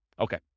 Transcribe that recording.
Okay